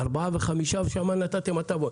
ושם נתתם הטבות.